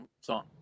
song